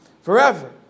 Forever